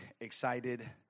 excited